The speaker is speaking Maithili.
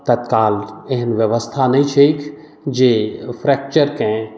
तत्काल एहन व्यवस्था नहि छैक जे फ्रैक्चरकेँ